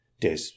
des